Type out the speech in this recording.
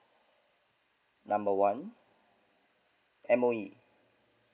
number one M_O_E